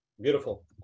Beautiful